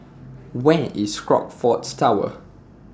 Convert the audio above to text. Where IS Crockfords Tower